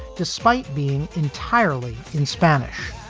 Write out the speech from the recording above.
despite being entirely in spanish,